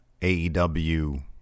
AEW